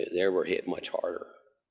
they were were hit much harder.